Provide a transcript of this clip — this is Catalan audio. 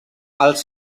els